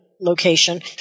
location